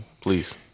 Please